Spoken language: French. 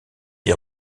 des